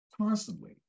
constantly